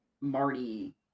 Marty